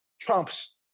Trump's